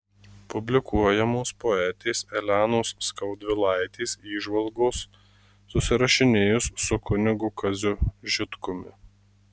publikuojamos poetės elenos skaudvilaitės įžvalgos susirašinėjus su kunigu kaziu žitkumi